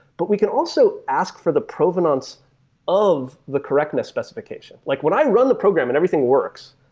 but we can also ask for the provenance of the correctness specification. like when i run the program and everything works,